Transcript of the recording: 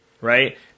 right